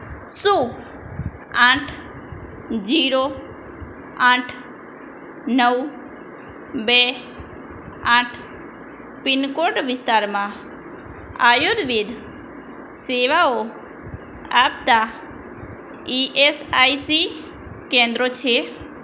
શું આઠ જીરો આઠ નવ બે આઠ પિનકોડ વિસ્તારમાં આયુર્વેદ સેવાઓ આપતાં ઇએસઆઇસી કેન્દ્રો છે